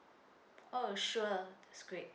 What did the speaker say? oh sure that's great